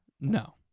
No